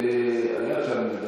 מסית